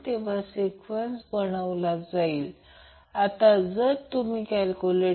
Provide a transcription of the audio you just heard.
तर XC चे सर्वात जवळचे मूल्य 2 Ω आहे कारण आपल्याला प्रत्यक्षात ते 0